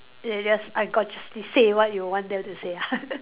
they just I got just to say what you want them to say